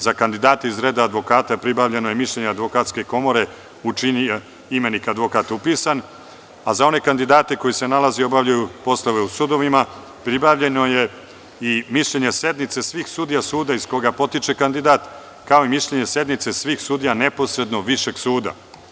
Za kandidate iz reda advokata pribavljeno je mišljenje Advokatske komore u čiji je imenik advokat upisan, a za one kandidate koji se nalaze i obavljaju oslove u sudovima pribavljeno je i mišljenje sednice svih sudija suda iz koga potiče kandidat, kao i mišljenje sednice svih sudija neposredno Višeg suda.